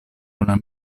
una